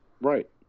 Right